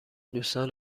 دوستان